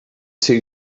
two